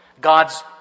God's